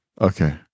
Okay